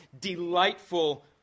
delightful